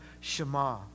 Shema